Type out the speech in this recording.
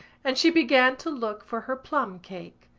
and she began to look for her plumcake.